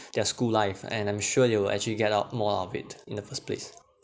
their school life and I'm sure they will actually get out more out of it in the first place